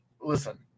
listen